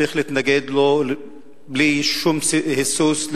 צריך להתנגד לו בלי שום היסוס,